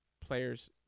players